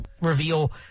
reveal